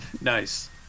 Nice